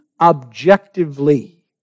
objectively